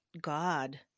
God